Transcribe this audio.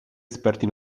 esperti